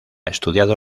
estudiado